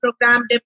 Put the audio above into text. program